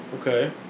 Okay